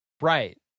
right